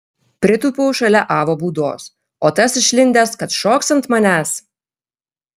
pritūpiau šalia avo būdos o tas išlindęs kad šoks ant manęs